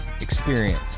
experience